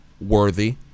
worthy